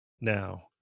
Now